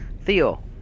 Theo